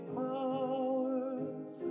powers